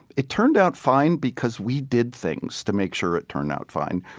it turned out fine because we did things to make sure it turned out fine.